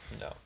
No